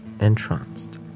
entranced